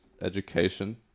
education